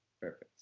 Perfect